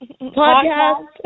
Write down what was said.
podcast